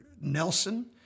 Nelson